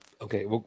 okay